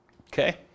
Okay